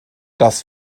das